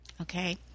okay